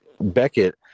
Beckett